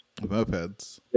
mopeds